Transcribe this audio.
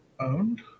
owned